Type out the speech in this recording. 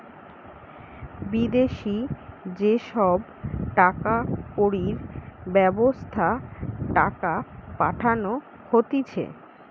বিদেশি যে সব টাকা কড়ির ব্যবস্থা টাকা পাঠানো হতিছে